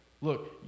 Look